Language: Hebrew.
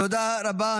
תודה רבה.